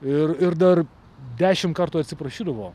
ir ir dar dešimt kartų atsiprašydavo